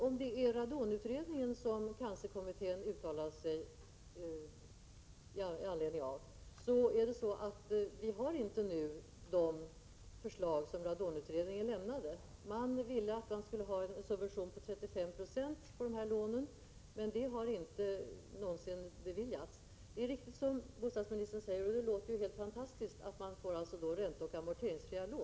Om det är i anledning av radonutredningens uttalanden som cancerkommittén har yttrat sig, måste jag framhålla att de förslag som radonutredningen lade fram inte har genomförts. Utredningen föreslog en subvention på 35 26 när det gäller de aktuella lånen, men någonting sådant har aldrig någonsin beviljats. Det är riktigt som bostadsministern säger — och det låter ju helt fantastiskt — att man får ränteoch amorteringsfria lån.